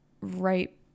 right